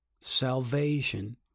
Salvation